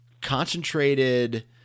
concentrated